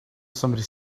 somebody